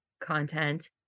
content